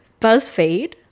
BuzzFeed